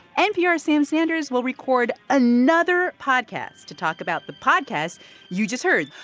npr's sam sanders will record another podcast to talk about the podcast you just heard.